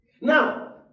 Now